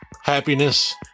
Happiness